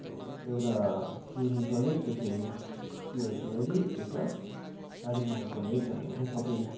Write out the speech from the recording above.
एउटा Cluny college जो चाहिँ स्त्रीहरूको लागि एउटा कालिम्पोङ कलेज जहाँनिर चाहिँ सबै